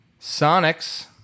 Sonics